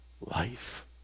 life